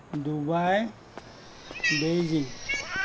Dubai Beijing